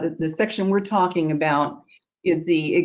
the the section we're talking about is the,